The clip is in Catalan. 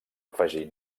afegir